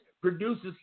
produces